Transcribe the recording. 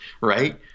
right